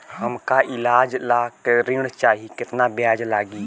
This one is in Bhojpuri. हमका ईलाज ला ऋण चाही केतना ब्याज लागी?